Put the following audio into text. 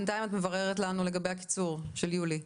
בינתיים את מבררת לנו לגבי הקיצור ליולי?